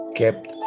kept